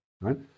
right